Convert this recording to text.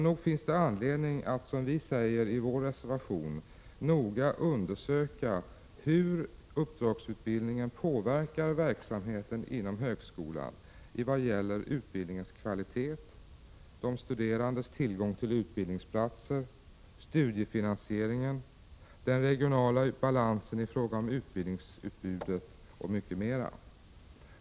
Nog finns det anledning att, som vi säger i vår reservation, noga undersöka hur uppdragsutbildningen påverkar verksamheten inom högskolan i vad gäller utbildningens kvalitet, de studerandes tillgång till utbildningsplatser, studiefinansieringen, den regionala balansen i fråga om utbildningsutbudet och mycket mera.